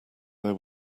there